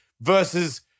Versus